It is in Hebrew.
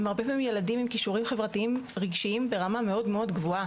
הם הרבה פעמים ילדים עם כישורים חברתיים רגשיים ברמה מאוד גבוהה.